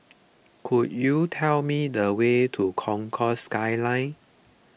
could you tell me the way to Concourse Skyline